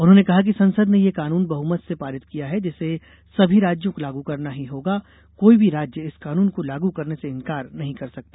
उन्होंने कहा कि संसद ने यह कानून बहमत से पारित किया है जिसे सभी राज्यो को लागू करना ही होगा कोई भी राज्य इस कानून को लागू करने से इंकार नही कर सकता